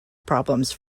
problems